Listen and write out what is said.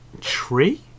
tree